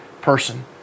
person